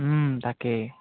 তাকে